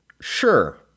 Sure